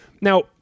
now